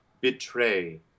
betray